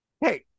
hey